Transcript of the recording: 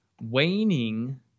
Waning